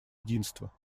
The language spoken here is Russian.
единства